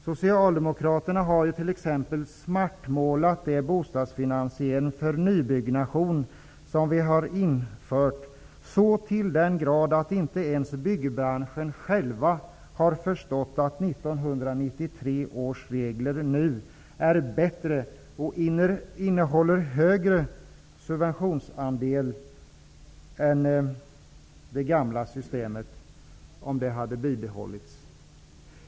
Socialdemokraterna har t.ex. svartmålat det bostadsfinansieringssystem för nybyggnation som vi har infört, så till den grad att inte ens byggbranschen själv har förstått att 1993 års regler är bättre och innehåller högre subventionsandel än det gamla systemet skulle ha gett, om det hade bibehållits.